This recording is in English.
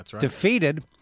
defeated